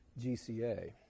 GCA